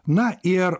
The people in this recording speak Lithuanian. na ir